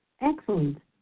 Excellent